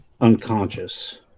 unconscious